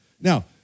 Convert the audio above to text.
Now